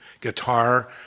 guitar